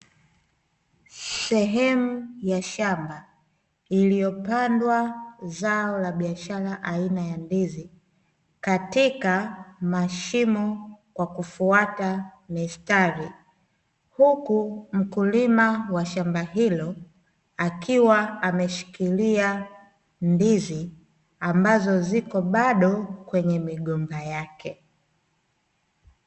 Sehemu ya shamba iliyopangwa zao la biashara aina ya ndizi katika mashimo kwa kufuata mistari, huku mkulima wa shamba hilo akiwa ameshikilia ndizi ambazo zipo bado kwenye migomba yake.